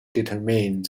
determine